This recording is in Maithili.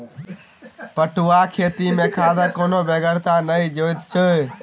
पटुआक खेती मे खादक कोनो बेगरता नहि जोइत छै